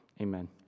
amen